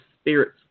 spirits